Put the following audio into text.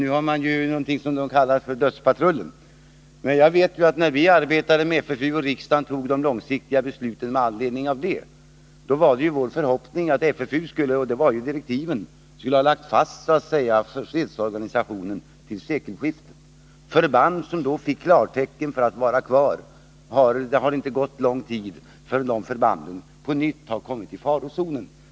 Nu har man någonting som kallas dödspatrullen. När vi arbetade med FFU och riksdagen fattade det långsiktiga beslutet med anledning därav, var det vår förhoppning att FFU skulle ha lagt fast fredsorganisationen till sekelskiftet — sådana var direktiven. Men förband som då fick klartecken att vara kvar har, utan att det gått lång tid, på nytt kommit i farozonen.